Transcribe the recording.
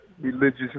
religious